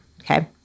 Okay